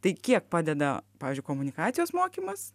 tai kiek padeda pavyzdžiui komunikacijos mokymas